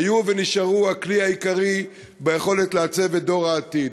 היו ונשארו הכלי העיקרי ביכולת לעצב את דור העתיד.